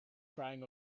crying